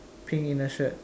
pink inner shirt